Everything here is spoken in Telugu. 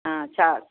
చాలు